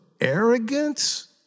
arrogance